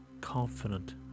confident